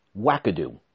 wackadoo